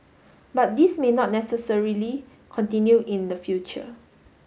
but this may not necessarily continue in the future